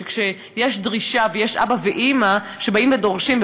שכשיש דרישה ויש אבא ואימא שבאים ודורשים,